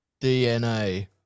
DNA